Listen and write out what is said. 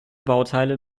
bauteile